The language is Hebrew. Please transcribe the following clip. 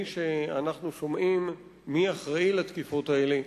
שאנחנו שומעים מי אחראי לתקיפות האלה,